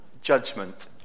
judgment